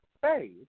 face